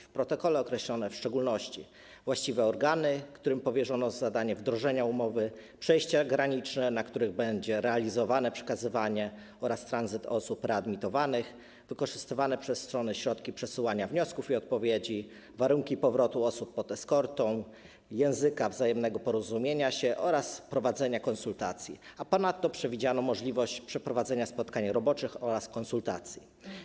W protokole określono w szczególności: właściwe organy, którym powierzono zadanie wdrożenia umowy, przejścia graniczne, na których będzie realizowane przekazywanie oraz tranzyt osób readmitowanych, wykorzystywane przez strony środki przesyłania wniosków i odpowiedzi, warunki powrotu osób pod eskortą, język wzajemnego porozumiewania się oraz prowadzenia konsultacji, a ponadto przewidziano możliwość przeprowadzenia spotkań roboczych oraz konsultacji.